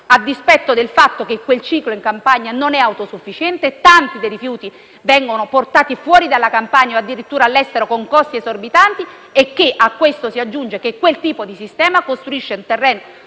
a dispetto del fatto che il ciclo dei rifiuti in Campania non è autosufficiente e tanti rifiuti vengono portati fuori dalla Regione o addirittura all'estero, con costi esorbitanti. A questo si aggiunge che quel tipo di sistema costituisce un terreno